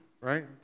right